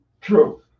True